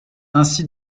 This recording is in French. ainsi